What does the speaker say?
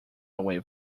away